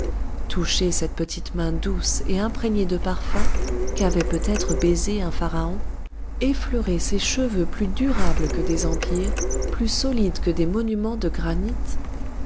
toucher cette petite main douce et imprégnée de parfums qu'avait peut-être baisée un pharaon effleurer ces cheveux plus durables que des empires plus solides que des monuments de granit